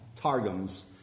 Targums